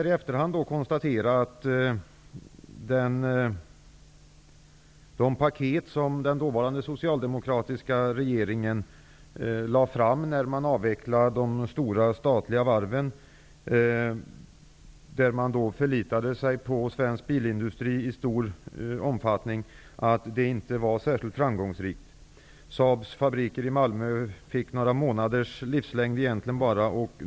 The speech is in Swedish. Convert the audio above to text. I efterhand kan vi konstatera att de paket som den dåvarande socialdemokratiska regeringen lade fram när man avvecklade de stora statliga varven, där man i stor omfattning förlitade sig på svensk bilindustri, inte var särskilt framgångsrika. Saabs fabriker i Malmö fick några månaders livslängd.